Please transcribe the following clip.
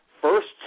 first